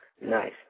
Nice